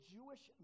Jewish